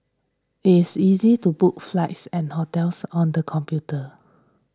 it is easy to book flights and hotels on the computer